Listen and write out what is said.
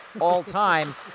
all-time